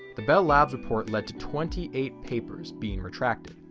the bell labs report led to twenty eight papers being retracted.